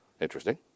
Interesting